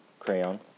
crayon